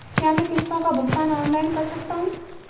क्या मैं किश्तों का भुगतान ऑनलाइन कर सकता हूँ?